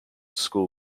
school